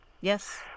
yes